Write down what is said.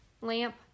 lamp